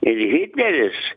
ir hitleris